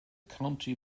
county